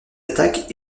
attaques